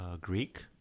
Greek